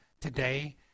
today